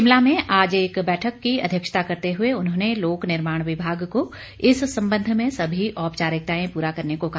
शिमला में आज एक बैठक की अध्यक्षता करते हुए उन्होंने लोक निर्माण विभाग को इस संबंध में सभी औपचारिकताएं प्ररा करने को कहा